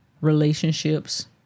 relationships